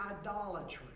idolatry